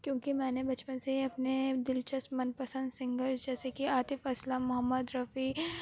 کیوں کہ میں نے بچپن سے ہی اپنے دلچسپ من پسند سنگر جیسے کہ عاطف اسلم محمد رفیع